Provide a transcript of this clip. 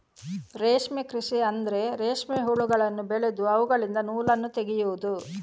ರೇಷ್ಮೆ ಕೃಷಿ ಅಂದ್ರೆ ರೇಷ್ಮೆ ಹುಳಗಳನ್ನು ಬೆಳೆದು ಅವುಗಳಿಂದ ನೂಲನ್ನು ತೆಗೆಯುದು